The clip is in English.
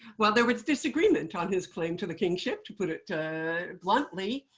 well, there was disagreement on his claim to the kingship, to put it bluntly.